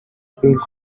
pink